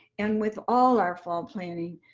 and with all our fall planning,